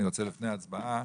אני רוצה לפני ההצבעה.